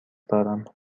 دارم